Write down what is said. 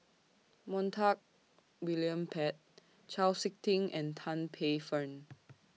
Montague William Pett Chau Sik Ting and Tan Paey Fern